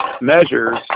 measures